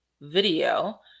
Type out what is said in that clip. video